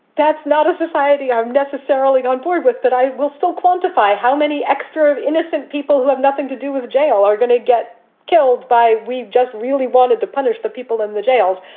that's not a society i'm necessarily on board with. but i will still quantify how many extra innocent people who have nothing to do with jail are going to get killed by. we just really wanted to punish the people in the jails.